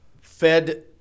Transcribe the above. Fed